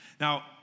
Now